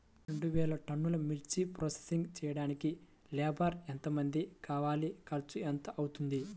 రెండు వేలు టన్నుల మిర్చి ప్రోసెసింగ్ చేయడానికి లేబర్ ఎంతమంది కావాలి, ఖర్చు ఎంత అవుతుంది?